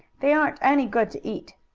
they aren't any good to eat.